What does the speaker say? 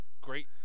Great